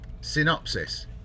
Synopsis